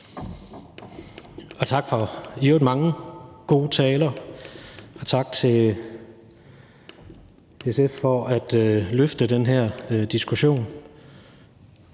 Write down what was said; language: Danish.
Tak for mange gode taler, og tak til SF for at løfte den her diskussion.